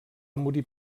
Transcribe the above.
morir